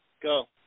go